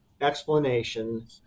explanation